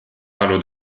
panu